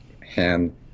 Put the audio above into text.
hand